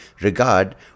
regard